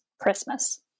Christmas